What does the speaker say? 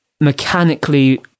mechanically